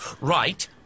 Right